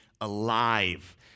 alive